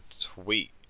tweet